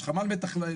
יש חמ"ל מתכלל,